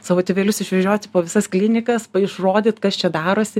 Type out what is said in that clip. savo tėvelius išvežioti po visas klinikas išrodyt kas čia darosi